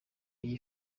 iyi